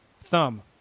thumb